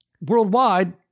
Worldwide